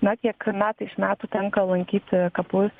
na kiek metai iš metų tenka lankyti kapus